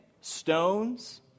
stones